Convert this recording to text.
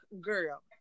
girl